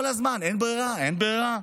כל הזמן: אין ברירה, אין ברירה.